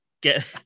get